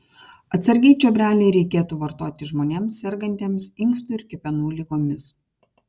atsargiai čiobrelį reikėtų vartoti žmonėms sergantiems inkstų ir kepenų ligomis